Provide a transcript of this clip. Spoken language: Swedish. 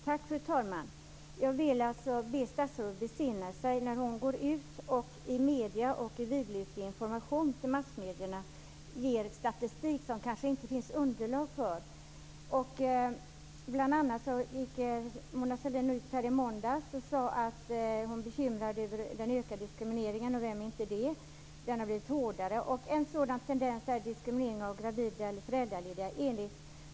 Fru talman! Jag vill be statsrådet besinna sig när hon ger vidlyftig information till massmedierna samt statistik som det kanske inte finns underlag för. Bl.a. gick Mona Sahlin ut i måndags och sade att hon är bekymrad över den ökade diskrimineringen - och vem är inte det? Den har ju blivit hårdare. En sådan tendens är enligt Mona Sahlin diskriminering av gravida eller föräldralediga.